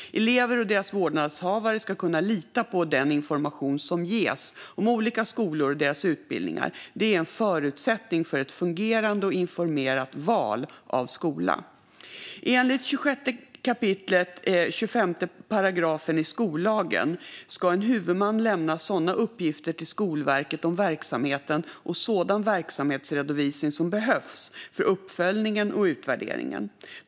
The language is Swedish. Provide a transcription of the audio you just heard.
Elever och deras vårdnadshavare ska kunna lita på den information som ges om olika skolor och deras utbildningar. Detta är en förutsättning för ett fungerande och informerat val av skola. Enligt 26 kap. 25 § skollagen ska en huvudman lämna sådana uppgifter till Skolverket om verksamheten och sådan verksamhetsredovisning som behövs för uppföljningen och utvärderingen.